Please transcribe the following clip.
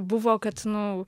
buvo kad nu